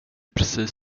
precis